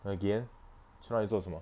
again 去那里做什么